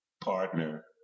partner